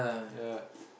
ya